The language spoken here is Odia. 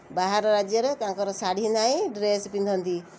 ବାହାର ରାଜ୍ୟରେ ତଙ୍କର ଶାଢ଼ୀ ନାହିଁ ଡ୍ରେସ୍ ପିନ୍ଧନ୍ତି